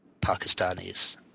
Pakistanis